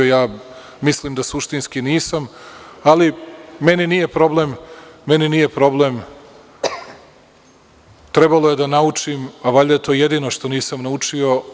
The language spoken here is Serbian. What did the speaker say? Ja mislim da suštinski nisam, ali meni nije problem, trebalo je da naučim, a valjda je to jedino što nisam naučio.